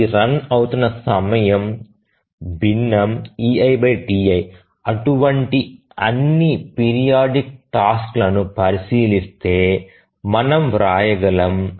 ఇది రన్ అవుతున్న సమయం యొక్క భిన్నం eipi అటువంటి అన్ని పీరియాడిక్ టాస్క్ లను పరిశీలిస్తే మనం వ్రాయగలము